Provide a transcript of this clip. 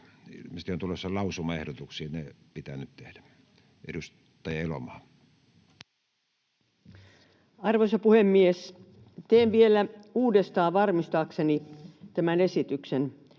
Ilmeisesti on tulossa lausumaehdotuksia. Ne pitää nyt tehdä. — Edustaja Elomaa. Arvoisa puhemies! Varmistaakseni tämän esityksen